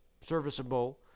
serviceable